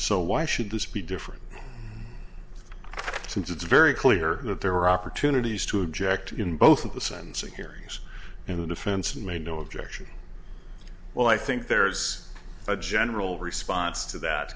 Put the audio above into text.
so why should this be different since it's very clear that there were opportunities to object in both of the sentencing hearings and the defense may no objection well i think there's a general response to that